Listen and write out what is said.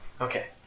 Okay